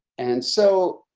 and so,